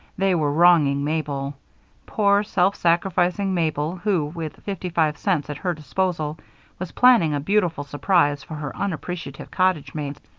they were wronging mabel poor, self-sacrificing mabel, who with fifty-five cents at her disposal was planning a beautiful surprise for her unappreciative cottage-mates.